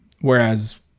whereas